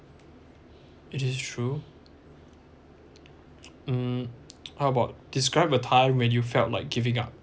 it is true um how about describe a time when you felt like giving up